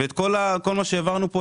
ואת כל מה שהעברנו כאן,